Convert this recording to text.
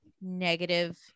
negative